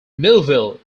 melville